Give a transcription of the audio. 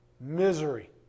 Misery